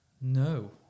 No